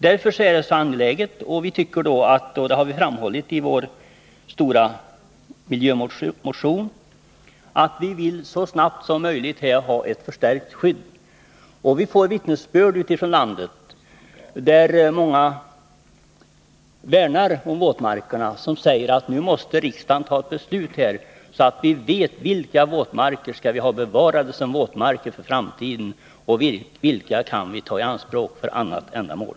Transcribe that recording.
Därför är det mycket angeläget — och det har vi framhållit i vår stora miljömotion — att så snabbt som möjligt få ett förstärkt skydd på denna punkt. Vi får vittnesbörd utifrån landet om att många värnar om våtmarkerna. De säger: Nu måste riksdagen fatta ett beslut, så att vi vet vilka våtmarker vi skall bevara som våtmarker för framtiden och vilka vi kan ta i anspråk för annat ändamål.